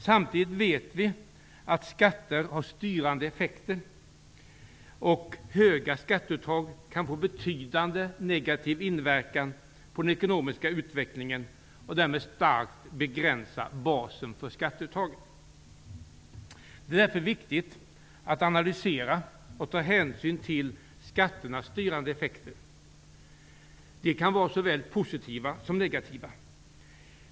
Samtidigt vet vi att skatter har styrande effekter, och höga skatteuttag kan få betydande negativ inverkan på den ekonomiska utvecklingen och därmed starkt begränsa basen för skatteuttaget. Det är därför viktigt att analysera och ta hänsyn till skatternas styrande effekter. De kan vara såväl positiva som negativa.